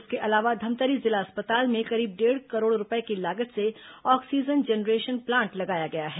इसके अलावा धमतरी जिला अस्पताल में करीब डेढ़ करोड़ रूपये की लागत से ऑक्सीजन जनरेशन प्लांट लगाया गया है